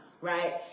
Right